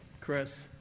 Chris